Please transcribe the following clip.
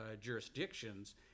jurisdictions